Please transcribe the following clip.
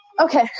okay